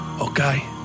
okay